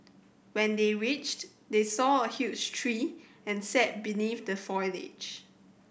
when they reached they saw a huge tree and sat beneath the foliage